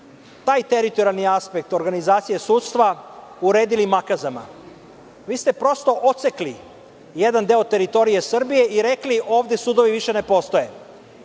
taj teritorijalni aspekt organizacije sudstva uredili makazama. Prosto ste odsekli jedan deo teritorije Srbije i rekli – ovde sudovi više ne postoje.